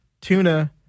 Tuna